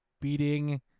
beating